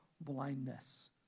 blindness